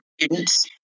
students